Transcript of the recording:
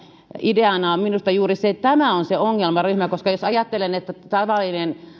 ideana on minusta juuri se että tämä on se ongelmaryhmä koska jos ajattelen että tavallinen